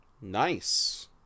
Nice